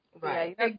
Right